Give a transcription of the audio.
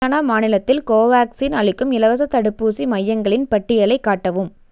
ஹரியானா மாநிலத்தில் கோவேக்சின் அளிக்கும் இலவசத் தடுப்பூசி மையங்களின் பட்டியலைக் காட்டவும்